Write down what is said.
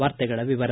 ವಾರ್ತೆಗಳ ವಿವರ